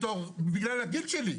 בגלל הגיל שלי,